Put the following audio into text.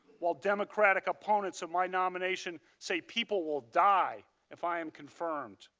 while democratic opponents of my nomination say people will die if i'm confirmed,